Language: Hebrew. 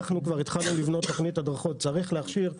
אנחנו כבר התחלנו לבנות תוכנית הדרכות כי צריך להכשיר.